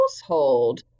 household